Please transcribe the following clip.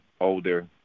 older